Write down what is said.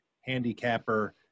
handicapper